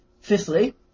Fifthly